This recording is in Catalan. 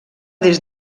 des